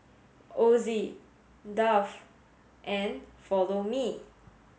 Ozi Dove and Follow Me